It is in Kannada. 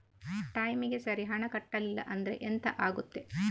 ಟೈಮಿಗೆ ಸರಿ ಹಣ ಕಟ್ಟಲಿಲ್ಲ ಅಂದ್ರೆ ಎಂಥ ಆಗುತ್ತೆ?